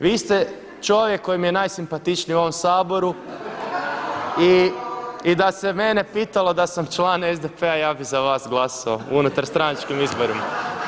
Vi ste čovjek koji mi je najsimpatičniji u ovom Saboru i da se mene pitalo da sam član SDP-a ja bi za vas glasao na unutarstranačkim izborima.